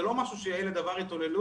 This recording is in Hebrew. זה לא משהו שהילד עבר התעללות,